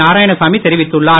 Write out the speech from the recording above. நாராயணசாமி தெரிவித்துள்ளார்